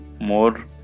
more